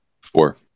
Four